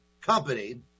company